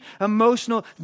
emotional